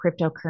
cryptocurrency